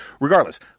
Regardless